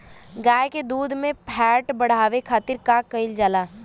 गाय के दूध में फैट बढ़ावे खातिर का कइल जाला?